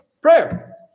prayer